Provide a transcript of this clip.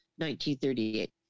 1938